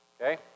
Okay